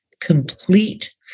complete